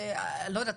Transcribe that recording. אני לא יודעת,